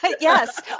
Yes